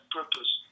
purpose